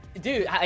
dude